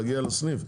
להגיע לסניף,